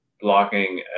blocking